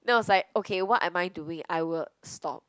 then I was like okay what am I doing I will stop